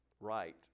right